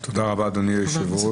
תודה רבה אדוני היושב ראש.